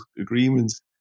agreements